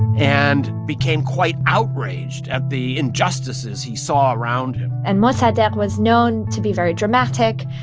and became quite outraged at the injustices he saw around him and mossadegh was known to be very dramatic.